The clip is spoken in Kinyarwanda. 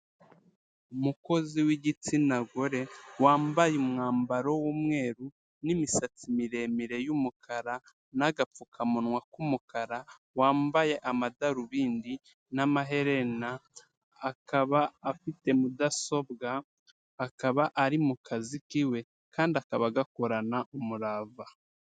Umukozi w'igitsina gore wambaye umwambaro w'umweru n'misatsi miremire y'umukara n'agapfukamunwa k'umukara, wambaye amadarubindi n'amaherena, akaba afite mudasobwa, akaba ari mu kazi kiwe kandi akaba agakorana umurava.